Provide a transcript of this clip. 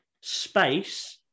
space